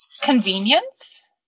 Convenience